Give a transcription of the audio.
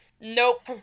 Nope